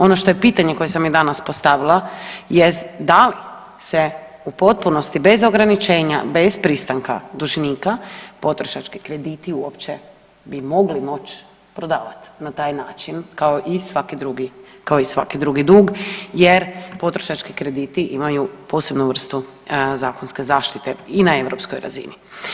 Ono šta je pitanje koje sam i danas postavila jest da li se u potpunosti bez ograničenja, bez pristanka dužnika potrošački krediti uopće bi mogli moći prodavati na taj način kao i svaki drugi, kao i svaki drugi dug jer potrošački krediti imaju posebnu vrstu zakonske zaštite i na europskoj razini.